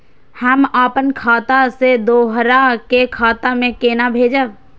हम आपन खाता से दोहरा के खाता में केना भेजब?